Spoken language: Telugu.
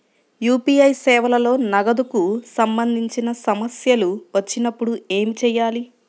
యూ.పీ.ఐ సేవలలో నగదుకు సంబంధించిన సమస్యలు వచ్చినప్పుడు ఏమి చేయాలి?